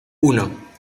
uno